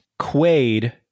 Quaid